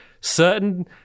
certain